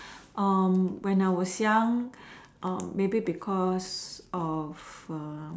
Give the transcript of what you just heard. when I was young maybe because of